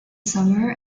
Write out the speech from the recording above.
summer